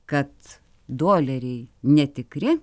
kad doleriai netikri